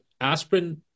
aspirin